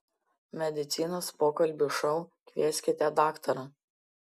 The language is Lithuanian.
medicinos pokalbių šou kvieskite daktarą